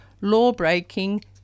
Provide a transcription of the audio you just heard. law-breaking